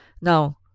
Now